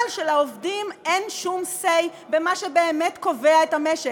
אבל שלעובדים אין שום say במה שבאמת קובע את המשק,